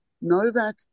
Novak